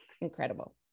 incredible